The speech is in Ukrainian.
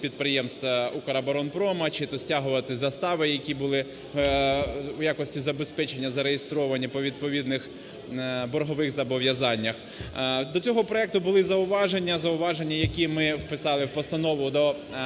підприємств "Укроборонпрому", чи то стягувати застави, які були в якості забезпечення зареєстровані по відповідних боргових зобов'язаннях. До цього проекту були зауваження, зауваження, які ми вписали в постанову до